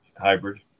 hybrid